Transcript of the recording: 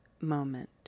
moment